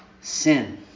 sin